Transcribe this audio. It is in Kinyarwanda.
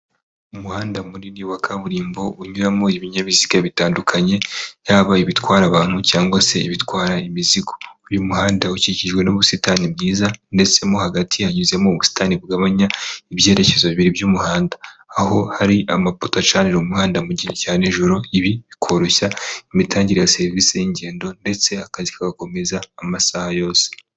umuhanda munini wa kaburimbo, unyuramo ibinyabiziga bitandukanye, haba ibitwara abantu cyangwa se ibitwara imizigo. Uyu muhanda ukikijwe n'ubusitani bwiza, ndetse mo hagati hanyuzemo ubusitani bugabanya ibyerekezo bibiri by'umuhanda, aho hari amapota acanira umuhanda mu gihe cya nijoro. Ibi bikoroshya imitangire ya serivisi y'ingendo ndetse akazi kagakomeza amasaha yose.